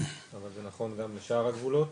אבל זה נכון גם לשאר הגבולות.